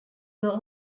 were